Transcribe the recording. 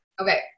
Okay